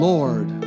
Lord